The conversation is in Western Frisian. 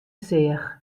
seach